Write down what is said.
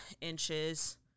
inches